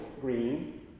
green